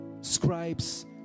scribes